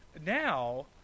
now